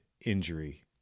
injury